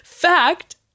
fact